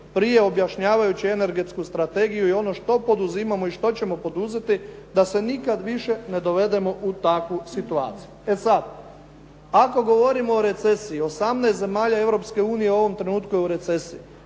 prije objašnjavajući energetsku strategiju i ono što poduzimamo i što ćemo poduzeti da se nikad više ne dovedemo u takvu situaciju. E sad, ako govorimo o recesiji, 18 zemalja Europske unije u ovom trenutku je u recesiji.